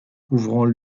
couvrant